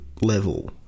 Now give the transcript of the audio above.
level